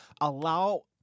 allow